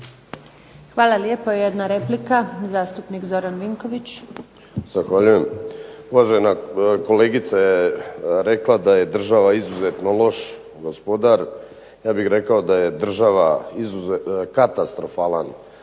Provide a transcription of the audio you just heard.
Hvala lijepa. Jedna replika zastupnik Zoran Vinković.